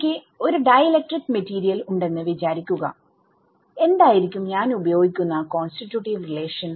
എനിക്ക് ഒരു dielectric material ഉണ്ടെന്ന് വിചാരിക്കുക എന്തായിരിക്കും ഞാൻ ഉപയോഗിക്കുന്ന കോൺസ്ട്ടിട്യൂട്ടീവ് റിലേഷൻ